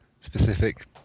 specific